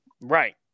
right